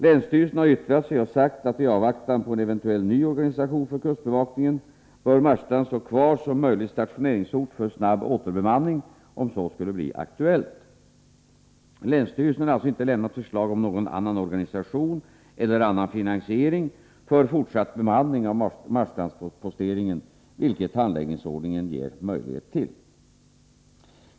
Länsstyrelsen har i ett yttrande sagt att i avvaktan på en eventuell ny organisation för kustbevakningen bör Marstrand stå kvar som möjlig stationeringsort för snabb återbemanning, om så skulle bli aktuellt. Länsstyrelsen har alltså inte lämnat förslag om någon annan organisation eller annan finansiering för fortsatt bemanning av Marstrandsposteringen, vilket handläggningsordningen ger möjlighet till.